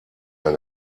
mehr